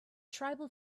tribal